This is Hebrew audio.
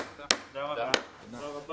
הישיבה ננעלה בשעה 14:35.